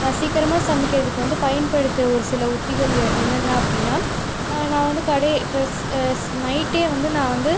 நான் சீக்கரமாக சமைக்கிறதுக்கு வந்து பயன்படுத்துகிற ஒரு சில உத்திகள் என்னென்ன அப்படின்னால் நான் வந்து கடை இப்போ நைட்டே வந்து நான் வந்து